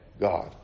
God